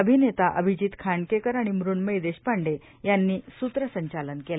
अभिनेता अभिजित खांडकेकर आणि म़ण्मयी देशपांडे यांनी सूत्रसंचालन केलं